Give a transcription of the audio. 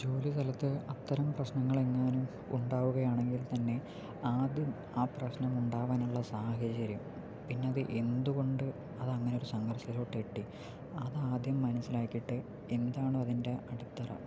ജോലിസ്ഥലത്ത് അത്തരം പ്രശ്നങ്ങൾ എങ്ങാനും ഉണ്ടാകുകയാണെങ്കിൽ തന്നെ ആദ്യം ആ പ്രശ്നം ഉണ്ടാവാനുള്ള സാഹചര്യം പിന്നെ അത് എന്തുകൊണ്ട് അതങ്ങനെ ഒരു സംഘർഷത്തിലോട്ട് എത്തി അത് ആദ്യം മനസിലാക്കിയിട്ടേ എന്താണോ അതിൻ്റെ അടിത്തറ